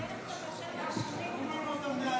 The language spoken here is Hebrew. בדרך כלל מאשרים התשובה ברורה.